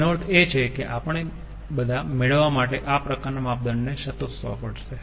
એનો અર્થ એ કે આપણે બધા મેળવવા માટે આ પ્રકારના માપદંડને સંતોષવા પડશે